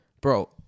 bro